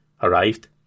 arrived